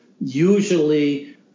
usually